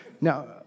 Now